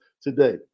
today